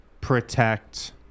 protect